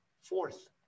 fourth